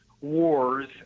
wars